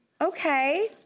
Okay